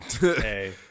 Hey